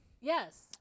Yes